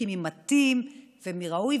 בודקים מי מתאים ומי ראוי,